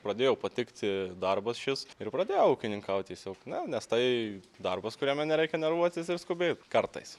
pradėjo patikti darbas šis ir pradėjau ūkininkaut tiesiog na nes tai darbas kuriame nereikia nervuotis ir skubėt kartais